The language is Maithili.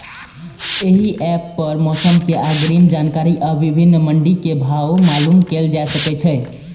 एहि एप पर मौसम के अग्रिम जानकारी आ विभिन्न मंडी के भाव मालूम कैल जा सकै छै